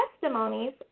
testimonies